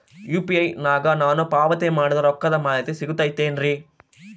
UPI ನಾಗ ನಾನು ಪಾವತಿ ಮಾಡಿದ ರೊಕ್ಕದ ಮಾಹಿತಿ ಸಿಗುತೈತೇನ್ರಿ?